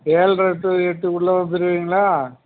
ஏழரை டு எட்டுக்குள்ளே வந்துடுவீங்களா